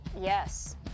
Yes